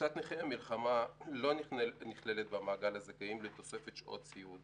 קבוצת נכי המלחמה לא נכללת במעגל הזכאים לתוספת שעות סיעוד,